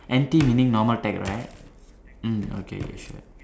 N_T meaning normal tech right mm okay sure